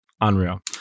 Unreal